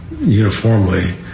uniformly